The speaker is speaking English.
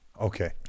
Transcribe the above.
Okay